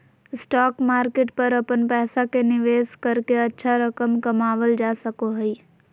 stock market पर अपन पैसा के निवेश करके अच्छा रकम कमावल जा सको हइ